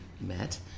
met